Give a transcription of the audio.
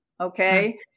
Okay